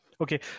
Okay